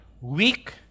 weak